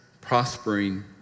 prospering